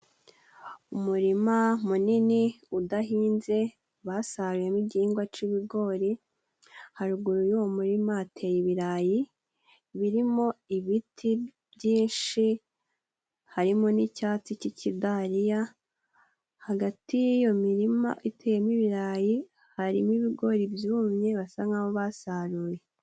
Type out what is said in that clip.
Umurima munini udahinze basaruyemo igihingwa c'ibigori, haruguru y'uwo murima hateye ibirayi birimo ibiti byinshi harimo n'icyatsi cy'ikidaliya, hagati y'iyo mirima iteyemo ibirayi harimo ibigori byumye basa nkaho basaruye.